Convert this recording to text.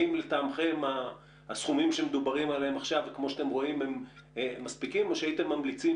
האם הסכומים שאתם רואים עכשיו הם מספיקים או שהייתם ממליצים